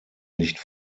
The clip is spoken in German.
nicht